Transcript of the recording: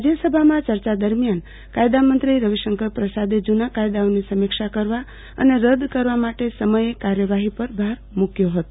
રાજયસભામાં ચ ર્ચા દરિમયાન કાયદામંત્રી રવિશંકર પ્રસાદે જુના કાયદાઓની સમી ક્ષા કરવા અને રદ કરવા માટે સમયે કાર્યવાફી પર ભાર મુક્યો હતો